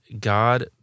God